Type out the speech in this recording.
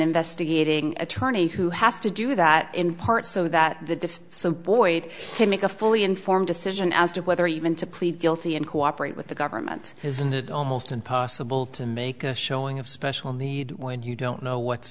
investigating attorney who has to do that in part so that the diff so boyd can make a fully informed decision as to whether even to plead guilty and cooperate with the government isn't it almost impossible to make a showing of special need when you don't know what's